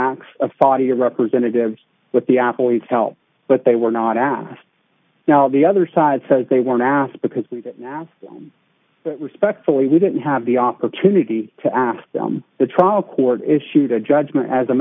acts of saudi representatives with the athletes help but they were not asked now the other side says they weren't asked because we don't now respectfully we didn't have the opportunity to ask the trial court issued a judgment as a